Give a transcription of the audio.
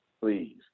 Please